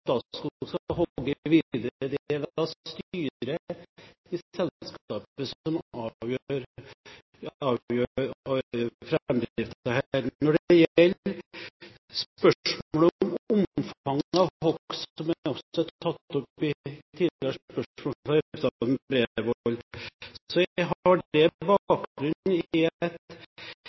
som avgjør framdriften her. Når det gjelder spørsmålet om omfanget av hogst, som også er tatt opp i tidligere spørsmål fra representanten Bredvold, har